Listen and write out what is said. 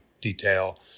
detail